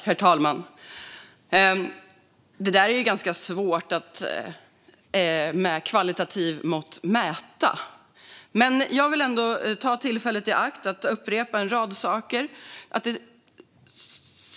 Herr talman! Sådant är svårt att kvalitativt mäta. Men låt mig ta tillfället i akt att upprepa en rad saker.